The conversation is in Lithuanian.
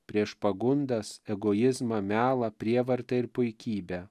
prieš pagundas egoizmą melą prievartą ir puikybę